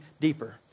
deeper